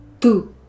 Two